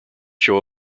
show